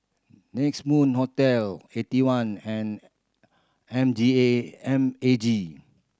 Next Moon Hotel Eighty One and M G A M A G